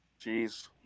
Jeez